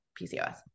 PCOS